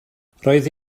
roedd